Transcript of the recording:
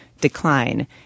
decline